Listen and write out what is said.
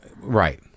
Right